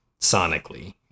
sonically